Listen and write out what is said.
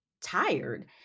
tired